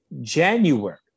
January